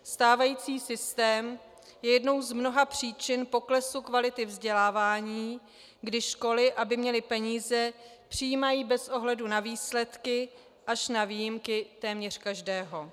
Stávající systém je jednou z mnoha příčin poklesu kvality vzdělávání, kdy školy, aby měly peníze, přijímají bez ohledu na výsledky až na výjimky téměř každého.